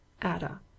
Ada